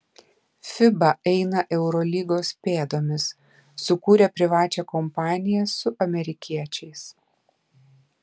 fiba eina eurolygos pėdomis sukūrė privačią kompaniją su amerikiečiais